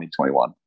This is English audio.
2021